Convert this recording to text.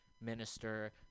Minister